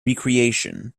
recreation